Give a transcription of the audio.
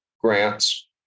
grants